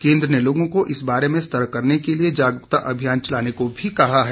केन्द्र ने लोगों को इस बारे में सतर्क करने के लिए जागरूकता अभियान चलाने को भी कहा है